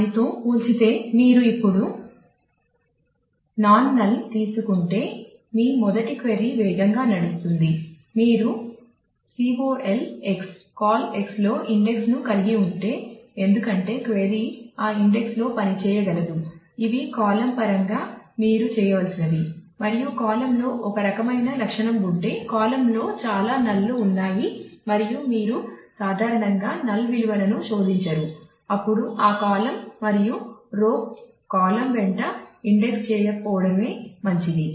దానితో పోల్చితే మీరు ఇప్పుడు వెంట ఇండెక్స్ చేయకపోవడమే మంచిది